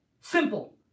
Simple